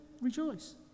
rejoice